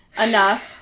enough